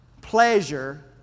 pleasure